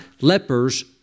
lepers